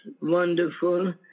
wonderful